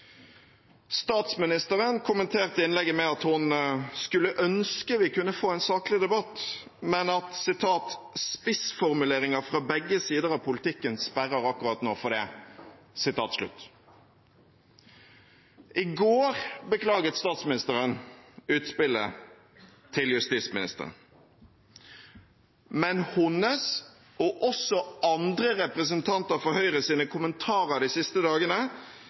Statsministeren kommenterte innlegget med at hun skulle ønske vi kunne få en saklig debatt, men at «spissformuleringer fra begge sider av politikken sperrer akkurat nå for det». I går beklaget statsministeren utspillet til justisministeren, men hennes og også kommentarer fra andre representanter fra Høyre de siste dagene